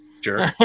Sure